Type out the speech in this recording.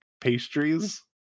pastries